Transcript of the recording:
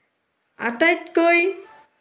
আটাইতকৈ